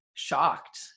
shocked